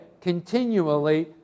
continually